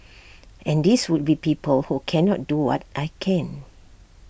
and these would be people who cannot do what I can